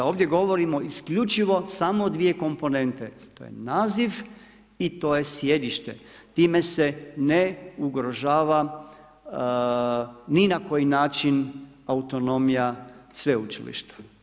Ovdje govorimo isključivo samo o dvije komponente, to je naziv i to je sjedište, time se ne ugrožava ni na koji način autonomija sveučilišta.